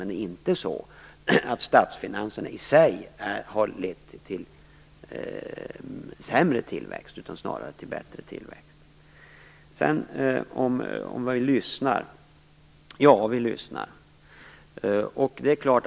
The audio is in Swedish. Det är inte så att statsfinanserna i sig har lett till sämre tillväxt - utan snarare till bättre. Dan Ericsson frågar om vi i regeringen lyssnar. Ja, vi lyssnar.